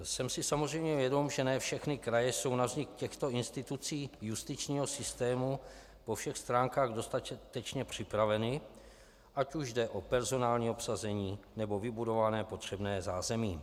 Jsem si samozřejmě vědom, že ne všechny kraje jsou na vznik těchto institucí justičního systému po všech stránkách dostatečně připraveny, ať už jde o personální obsazení, nebo vybudované potřebné zázemí.